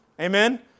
Amen